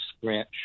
scratch